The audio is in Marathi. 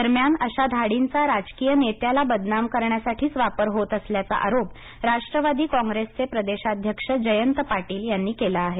दरम्यान अशा धाडींचा राजकीय नेत्याला बदनाम करण्यासाठीच वापर होत असल्याचा आरोप राष्ट्रवादी काँग्रेसचे प्रदेशाध्यक्ष जयंत पाटील यांनी केला आहे